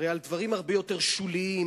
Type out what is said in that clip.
הרי לדברים הרבה יותר שוליים,